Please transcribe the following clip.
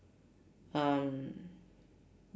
um